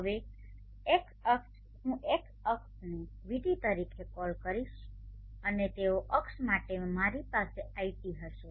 હવે એક્સ અક્ષ હું એક્સ અક્ષોને vT તરીકે કોલ કરીશ અને તેઓ અક્ષ માટે મારી પાસે iT હશે